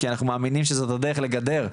כי אנחנו מאמינים שזאת הדרך לגדר,